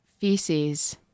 feces